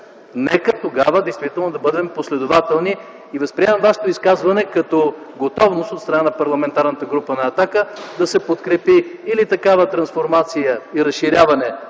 действително да бъдем последователни. Възприемам Вашето изказване като готовност от страна на Парламентарната група на „Атака” да се подкрепи или такава трансформация и разширяване